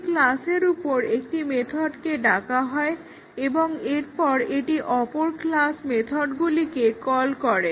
একটি ক্লাসের উপর একটি মেথডকে ডাকা হয় এবং এরপর এটি অপর ক্লাস মেথডগুলিকে কল করে